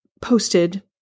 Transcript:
posted